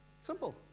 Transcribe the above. Simple